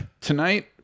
tonight